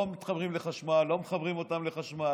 לא מחברים אותם לחשמל,